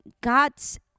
God's